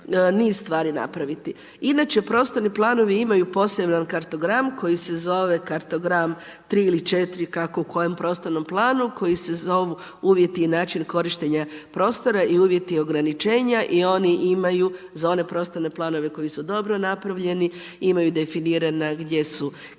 Inače prostorni planovi imaju poseban kartogram koji se zove kartogram 3 ili 4 kako u kojem prostornom planom, koji se zovu, uvijek i način korištenja prostora i uvjeti ograničenja i oni imaju za one prostorne planove koji su dobro napravljeni, imaju definirana gdje su klizišta,